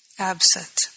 Absent